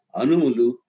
anumulu